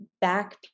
back